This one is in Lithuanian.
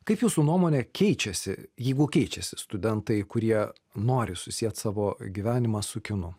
kaip jūsų nuomonė keičiasi jeigu keičiasi studentai kurie nori susiet savo gyvenimą su kinu